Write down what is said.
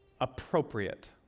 appropriate